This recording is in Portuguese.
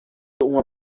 uma